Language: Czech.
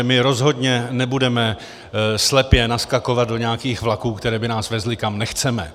My rozhodně nebudeme slepě naskakovat do nějakých vlaků, které by nás vezly, kam nechceme.